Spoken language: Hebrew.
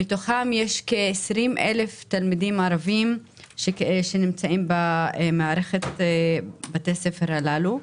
מתוכם יש כ-20 אלף תלמידים ערבים שנמצאים במערכת בתי הספר הזאת.